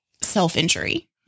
Self-injury